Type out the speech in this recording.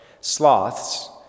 sloths